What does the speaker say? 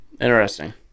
Interesting